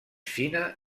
fina